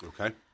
Okay